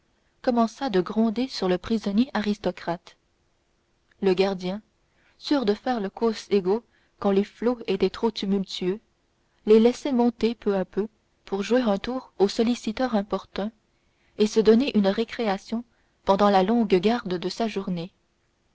commença de gronder sur le prisonnier aristocrate le gardien sûr de faire le quos ego quand les flots seraient trop tumultueux les laissait monter peu à peu pour jouer un tour au solliciteur importun et se donner une récréation pendant la longue garde de sa journée